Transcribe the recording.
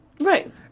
Right